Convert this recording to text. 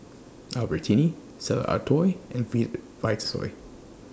Albertini Stella Artois and Vitasoy